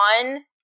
one